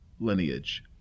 lineage